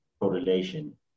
correlation